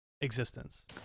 existence